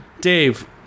Dave